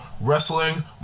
wrestling